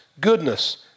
goodness